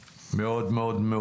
מאוד.